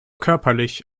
körperlich